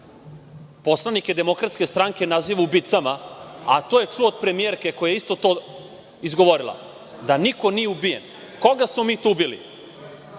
govornik poslanike DS-a naziva ubicama, a to je čuo od premijerke koja je isto to izgovorila – da niko nije ubijen? Koga smo mi to ubili?